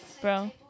bro